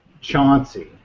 Chauncey